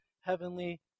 Heavenly